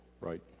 right